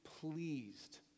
pleased